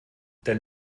dann